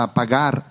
pagar